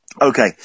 Okay